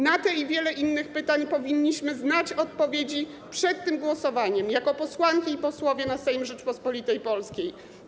Na te i wiele innych pytań powinniśmy znać odpowiedzi przed tym głosowaniem jako posłanki i posłowie na Sejm Rzeczypospolitej Polskiej.